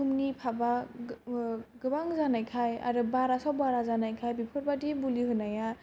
बुहुमनि फाबा गोबां जानायखाय आरो बारासो बारा जानायखाय बेफोरबादि बुलि होनाया